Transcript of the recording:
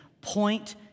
point